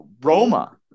Roma